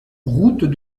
route